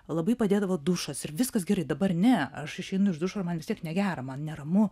labai padėdavo dušas ir viskas gerai dabar ne aš išeinu iš dušo ir man vis tiek negera man neramu